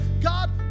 God